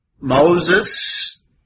Moses